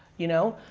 you know.